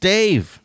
Dave